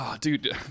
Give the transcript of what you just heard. Dude